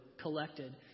collected